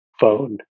phone